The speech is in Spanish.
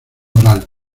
oral